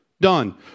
Done